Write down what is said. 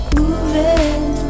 moving